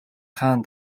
хаан